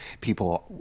people